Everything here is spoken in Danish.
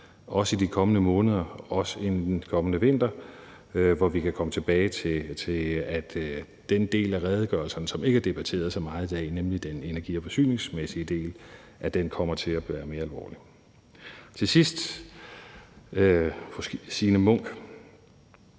også i de kommende måneder, også inden den kommende vinter, hvor vi kan komme tilbage til, at den del af redegørelserne, som ikke er debatteret så meget i dag, nemlig den energi- og forsyningsmæssige del, kommer til at være mere alvorlig. Til sidst vil jeg sige